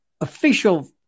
official